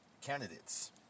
candidates